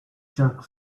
jerk